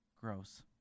gross